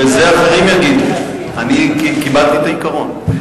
בזה, אחרים יגידו, אני קיבלתי את העיקרון.